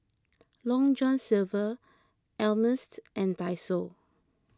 Long John Silver Ameltz and Daiso